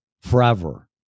forever